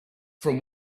from